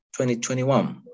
2021